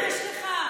תתבייש לך.